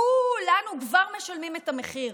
כולנו כבר משלמים את המחיר.